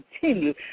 continue